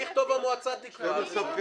אני אכתוב המועצה תקבע.